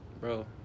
bro